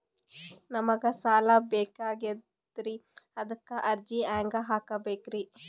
ನಮಗ ಸಾಲ ಬೇಕಾಗ್ಯದ್ರಿ ಅದಕ್ಕ ಅರ್ಜಿ ಹೆಂಗ ಹಾಕಬೇಕ್ರಿ?